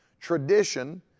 Tradition